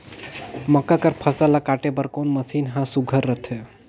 मक्का कर फसल ला काटे बर कोन मशीन ह सुघ्घर रथे?